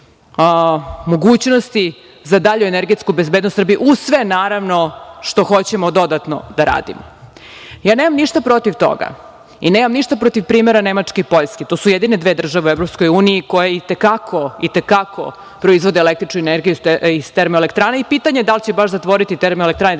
mogućnosti za dalju energetsku bezbednost Srbije, uz sve naravno što hoćemo dodatno da radimo. Ja nemam ništa protiv toga i nemam ništa protiv primera Nemačke i Poljske, to su jedine dve države u EU, koje i te kako proizvode električnu energiju iz termoelektrana i pitanje je da li će baš zatvoriti TE